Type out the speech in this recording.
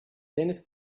dennis